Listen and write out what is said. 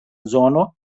zono